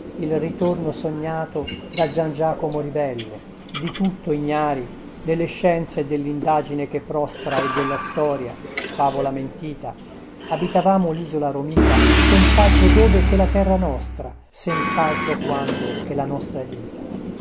il ritorno sognato da gian giacomo ribelle di tutto ignari delle scienze e dellindagine che prostra e della storia favola mentita abitavamo lisola romita senzaltro dove che la terra nostra senzaltro quando che la nostra vita